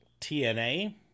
TNA